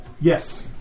Yes